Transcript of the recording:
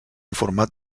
informat